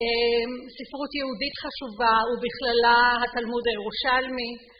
ספרות יהודית חשובה, ובכללה התלמוד הירושלמי.